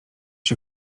się